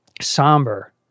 somber